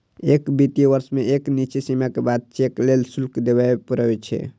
एक वित्तीय वर्ष मे एक निश्चित सीमा के बाद चेक लेल शुल्क देबय पड़ै छै